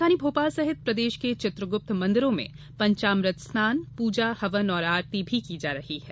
राजधानी भोपाल सहित प्रदेश के चित्रगुप्त मंदिरों में पंचामृत स्नान पूजा हवन और आरती की जा रही है